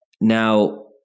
Now